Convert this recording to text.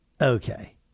okay